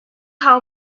how